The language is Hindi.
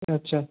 अच्छा